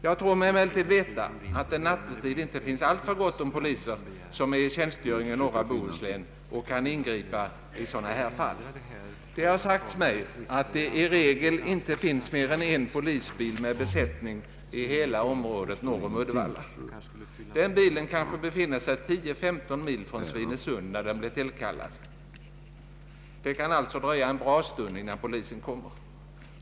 Jag tror mig emellertid veta, att det nattetid inte finns alltför gott om poliser, som är i tjänstgöring i norra Bohuslän och kan ingripa i sådana här fall. Det har sagts mig att det i regel inte finns mer än en polisbil med besättning i hela området norr om Uddevalla. Den bilen kanske befinner sig 10—15 mil från Svinesund, när den blir tillkallad. Det kan alltså dröja en bra stund, innan polisen kommer.